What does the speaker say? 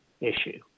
issue